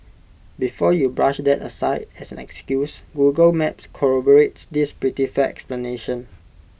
before you brush that aside as an excuse Google maps corroborates this pretty fair explanation